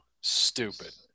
stupid